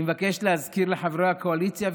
אני מבקש להזכיר לחברי הקואליציה,